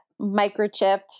microchipped